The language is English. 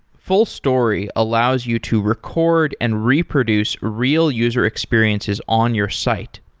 fullstory allows you to record and reproduce real user experiences on your site.